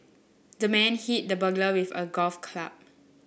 the man hit the burglar with a golf club